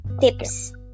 Tips